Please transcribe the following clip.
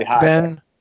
Ben